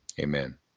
Amen